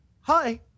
hi